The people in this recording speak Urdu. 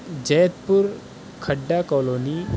جیت پور کھڈا کولونی